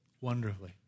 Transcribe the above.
wonderfully